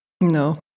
No